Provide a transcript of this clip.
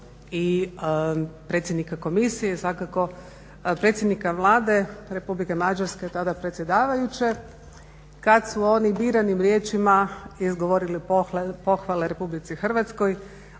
i predsjednika komisije, svakako predsjednika Vlade Republike Mađarske tada predsjedavajuće kada su oni biranim riječima izgovorili pohvale Republici Hrvatskoj,